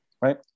right